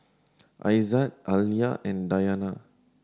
Aizat Alya and Dayana